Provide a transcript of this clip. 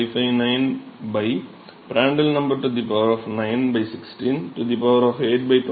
559 Pr 9 16 8 27